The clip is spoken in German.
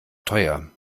teuer